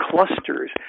clusters